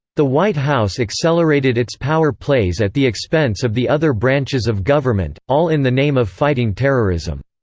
the white house accelerated its power plays at the expense of the other branches of government, all in the name of fighting terrorism.